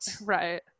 Right